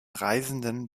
reisenden